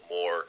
more